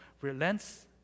relents